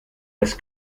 das